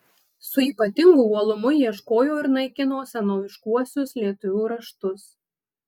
su ypatingu uolumu ieškojo ir naikino senoviškuosius lietuvių raštus